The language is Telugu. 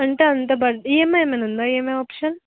అంటే అంత ఈఎంఐ ఏమైనా ఉందా ఈఎంఐ ఆప్షన్